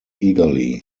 eagerly